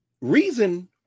reason